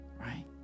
right